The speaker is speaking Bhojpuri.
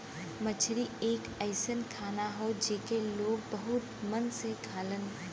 मछरी एक अइसन खाना हौ जेके लोग बहुत मन से खालन